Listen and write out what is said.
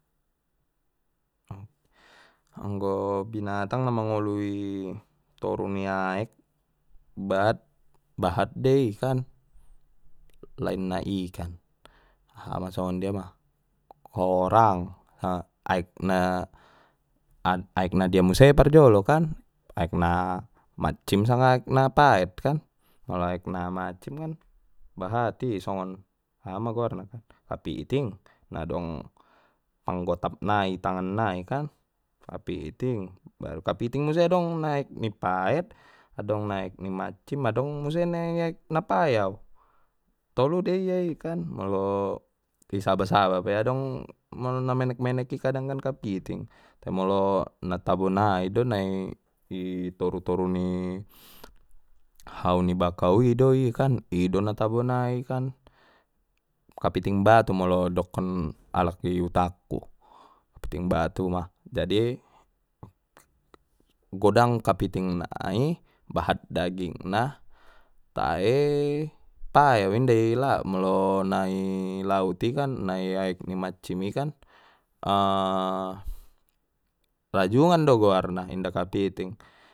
Anggo binatang na mangolu i toru ni aek bahat bahat dei kan lain na ikan ha ma songonjia ma horang, ha aek na aek na dia muse parjolo kan aek na maccim sanga aek na paet kan molo aek na maccim kan bahat i songon aha ma goarna kan kapiting na dong panggotap nai i tangan nai kan kapiting baru kapiting muse adong na aek ni paet adong na aek ni maccim adong muse na i aek na payau, tolu de ia kan molo i saba saba pe adong molo na menek menek i kadang kan kapiting molo na tabo nai do na itoru toru hau ni bakau i do i kan ido natabao nai kan, kapiting batu molo dokkon alak i uta ku kapiting batu ma jadi, godang kapiting nai bahat daging na tae payau inda i laut molo na i lauti kan na i aek ni maccim i kan rajungan do guarna inda kapiting.